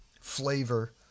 flavor